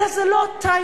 אלא זה לא הטיימינג.